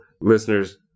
listeners